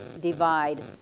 divide